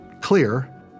clear